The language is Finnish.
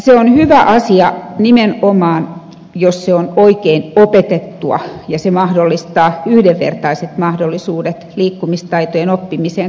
se on hyvä asia nimenomaan jos se on oikein opetettua ja se mahdollistaa yhdenvertaiset mahdollisuudet liikkumistaitojen oppimiseen kaikille lapsille